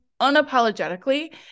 unapologetically